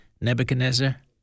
Nebuchadnezzar